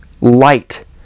Light